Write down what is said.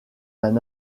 d’un